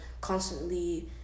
constantly